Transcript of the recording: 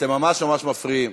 אתם ממש ממש מפריעים.